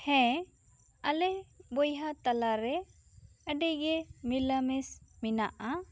ᱦᱮᱸ ᱟᱞᱮ ᱵᱚᱭᱦᱟ ᱛᱟᱞᱟ ᱨᱮ ᱟᱹᱰᱤ ᱜᱮ ᱢᱤᱞᱟᱹᱢᱮᱥ ᱢᱮᱱᱟᱜᱼᱟ